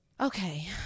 Okay